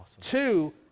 two